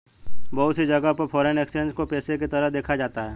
बहुत सी जगह पर फ़ोरेन एक्सचेंज को पेशे के तरह देखा जाता है